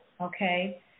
okay